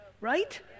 right